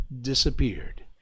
disappeared